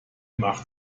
macht